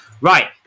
Right